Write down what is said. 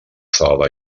sala